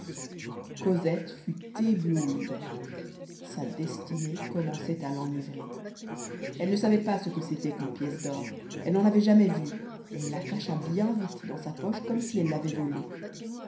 cosette fut éblouie sa destinée commençait à l'enivrer elle ne savait pas ce que c'était qu'une pièce d'or elle n'en avait jamais vu elle la cacha bien vite dans sa poche comme si elle l'avait volée